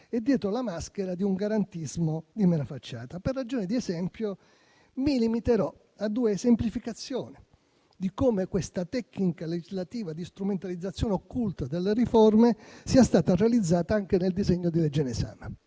e dietro la maschera di un garantismo di mera facciata. Per ragioni di tempo, mi limiterò a due esemplificazioni di come questa tecnica legislativa di strumentalizzazione occulta delle riforme sia stata realizzata anche nel disegno di legge in esame.